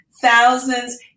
thousands